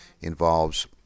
involves